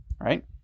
right